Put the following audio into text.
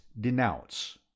Denounce